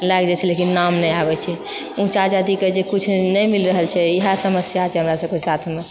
लागि जाइत छै लेकिन नाम नहि आबैत छै ऊँचा जातिके जे किछु नहि मिल रहल छै इहए समस्या छै हमरा सबकेँ साथमे